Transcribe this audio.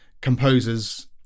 composers